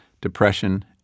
Depression